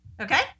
Okay